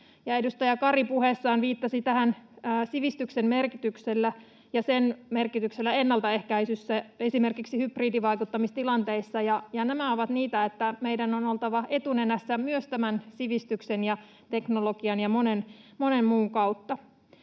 Edustaja Kari puheessaan viittasi sivistyksen merkitykseen ja sen merkitykseen ennaltaehkäisyssä esimerkiksi hybridivaikuttamistilanteissa. Ja nämä ovat niitä, joissa meidän on oltava etunenässä myös tämän sivistyksen ja teknologian ja monen, monen muun kautta.